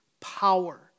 power